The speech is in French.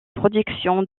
production